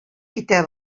китә